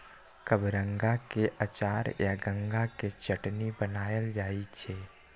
कबरंगा के अचार आ गंगा के चटनी बनाएल जाइ छै